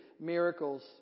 miracles